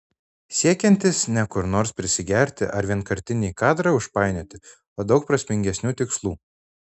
siekiantis ne kur nors prisigerti ar vienkartinį kadrą užpainioti o daug prasmingesnių tikslų